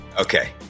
Okay